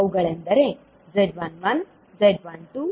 ಅವುಗಳೆಂದರೆ z11z12z21z22